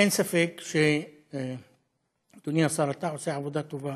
אין ספק שאדוני השר, אתה עושה עבודה טובה